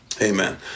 Amen